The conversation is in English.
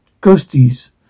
ghosties